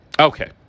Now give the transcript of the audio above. Okay